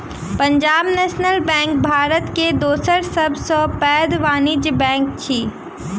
Punjab national bank Bharat के दोसर सब सॅ पैघ वाणिज्य बैंक अछि